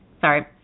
Sorry